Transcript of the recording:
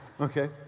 Okay